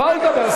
הם באו לדבר אתי,